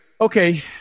okay